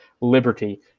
liberty